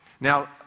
Now